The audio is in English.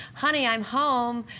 honey, i'm home,